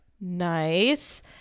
nice